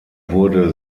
wurde